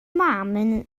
mam